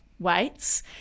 weights